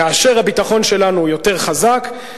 כאשר הביטחון שלנו יותר חזק,